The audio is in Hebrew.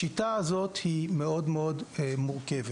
בשיטה הזאת זה מאוד-מאוד מורכב.